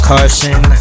Carson